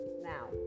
now